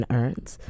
earns